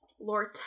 Lord